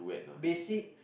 basic